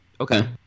Okay